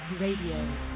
Radio